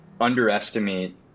underestimate